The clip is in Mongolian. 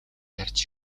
ярьж